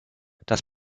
das